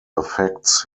affects